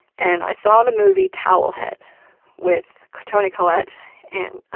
and i saw the movie towelhead with ah toni collette and,